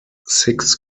six